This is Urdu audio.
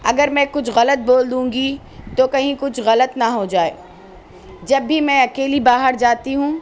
اگر میں کچھ غلط بول دوں گی تو کہیں کچھ غلط نہ ہو جائے جب بھی میں اکیلی باہر جاتی ہوں